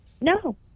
No